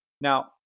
Now